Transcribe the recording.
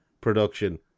production